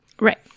Right